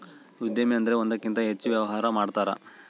ಉದ್ಯಮಿ ಅಂದ್ರೆ ಒಂದಕ್ಕಿಂತ ಹೆಚ್ಚು ವ್ಯವಹಾರ ಮಾಡ್ತಾರ